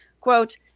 quote